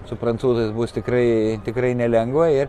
su prancūzais bus tikrai tikrai nelengva ir